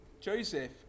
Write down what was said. Joseph